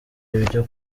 ibyo